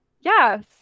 yes